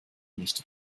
nicht